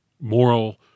moral